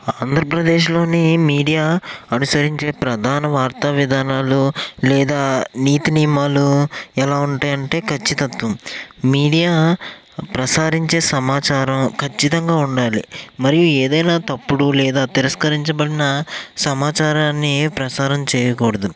ఆంధ్రప్రదేశ్లోని మీడియా అనుసరించే ప్రధాన వార్తా విధానాలు లేదా నీతి నియమాలు ఎలా ఉంటాయి అంటే ఖచ్చితత్వం మీడియా ప్రసారించే సమాచారం ఖచ్చితంగా ఉండాలి మరి ఏదైనా తప్పుడు లేదా తిరస్కరించబడిన సమాచారాన్ని ప్రసారం చేయకూడదు